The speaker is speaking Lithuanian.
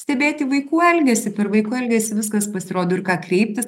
stebėti vaikų elgesį per vaiko elgesį viskas pasirodo ir į ką kreiptis